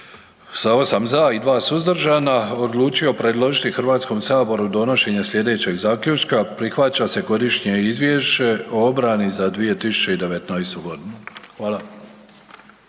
sa 8 za i 2 suzdržana odlučio predložiti Hrvatskom saboru donošenje slijedećeg zaključka. Prihvaća se Godišnje izvješće o obrani za 2019. godinu. Hvala.